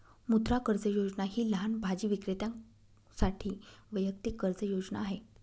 मुद्रा कर्ज योजना ही लहान भाजी विक्रेत्यांसाठी वैयक्तिक कर्ज योजना आहे